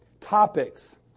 topics